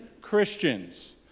Christians